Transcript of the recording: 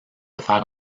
faire